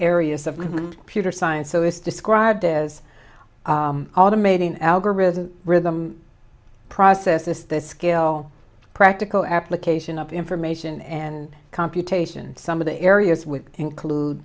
areas of pewter science so it's described as automating algorithm rhythm process this scale practical application of information and computation some of the areas with include